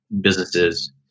businesses